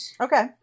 Okay